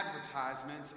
advertisement